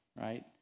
right